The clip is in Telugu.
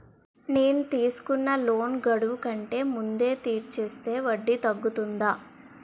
నేను తీసుకున్న లోన్ గడువు కంటే ముందే తీర్చేస్తే వడ్డీ తగ్గుతుందా?